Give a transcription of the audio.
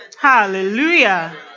Hallelujah